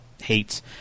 hates